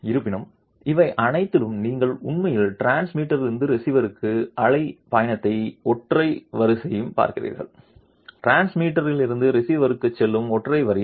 இருப்பினும் இவை அனைத்திலும் நீங்கள் உண்மையில் டிரான்ஸ்மிட்டரிலிருந்து ரிசீவருக்கு அலை பயணத்தையும் ஒற்றை வரிசையையும் பார்க்கிறீர்கள் டிரான்ஸ்மிட்டரிலிருந்து ரிசீவருக்கு செல்லும் ஒற்றை வரிசை